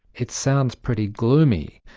it sounds pretty gloomy.